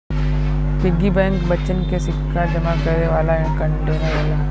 piggy bank बच्चन के सिक्का जमा करे वाला कंटेनर होला